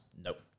Nope